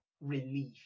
relief